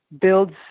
builds